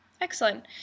Excellent